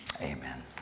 Amen